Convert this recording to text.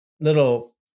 little